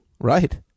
Right